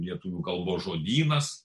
lietuvių kalbos žodynas